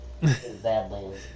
Badlands